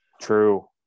True